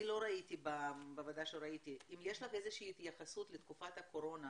אני לא ראיתי בעבודה איזה שהיא התייחסות לתקופת הקורונה.